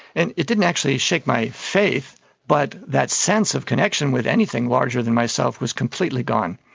and it didn't actually shake my faith but that sense of connection with anything larger than myself was completely gone.